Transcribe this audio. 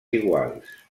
iguals